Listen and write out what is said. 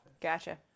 gotcha